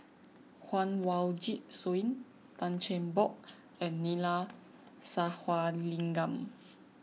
Kanwaljit Soin Tan Cheng Bock and Neila Sathyalingam